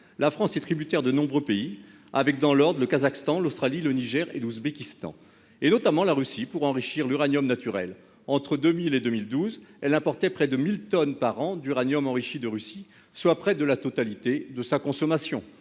la France est tributaire de nombreux pays, dans l'ordre le Kazakhstan, l'Australie, le Niger et l'Ouzbékistan, ainsi que la Russie, pour enrichir l'uranium naturel. Entre 2000 et 2012, elle a importé de Russie près de 1 000 tonnes d'uranium enrichi par an, soit presque la totalité de sa consommation.